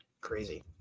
Crazy